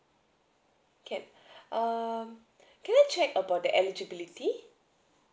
okay um can I check about the eligibility